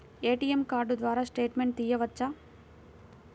ATM card ద్వారా statement తీయవచ్చా?